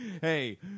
Hey